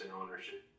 ownership